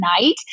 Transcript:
night